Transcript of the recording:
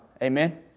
Amen